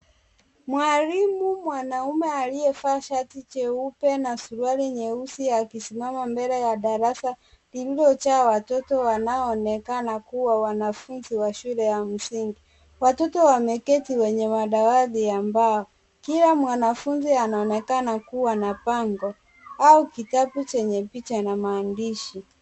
Mwalimu mwanaume aliyevaa shati jeupe na suruali nyeusi amesimama mbele ya darasa lililojaa watoto wanaonekana kuwa wanafunzi wa shule ya msingi. Watoto wameketi kwenye madawati ya mbao. Kila mwanafunzi anaonekana kuwa na bango au kitabu chenye picha na maandishi.